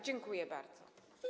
Dziękuję bardzo.